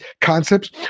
concepts